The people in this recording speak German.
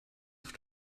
auf